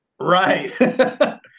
right